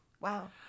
Wow